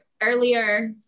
earlier